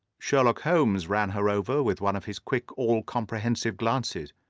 sherlock holmes ran her over with one of his quick, all-comprehensive glances.